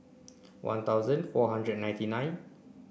one thousand four hundred and ninety nine